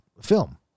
film